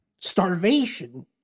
starvation